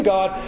God